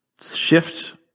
Shift